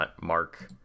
Mark